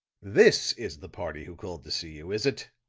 this is the party who called to see you, is it?